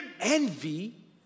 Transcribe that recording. Envy